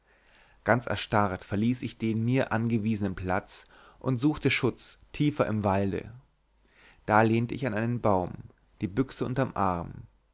ganz erstarrt verließ ich den mir angewiesenen platz und suchte schutz tiefer im walde da lehnte ich an einem baum die büchse unterm arm